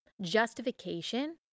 justification